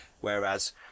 Whereas